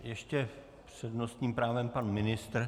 Ještě s přednostním právem pan ministr.